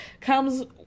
comes